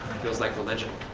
it feels like religion,